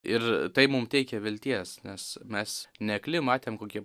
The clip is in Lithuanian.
ir tai mum teikė vilties nes mes ne akli matėm kokie